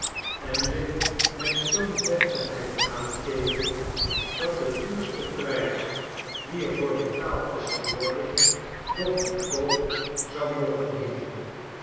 en je met zoo'n deftigheid aankeken dat de duurste prijs die er voor betaald was geworden nog goedkoop zou mogen heeten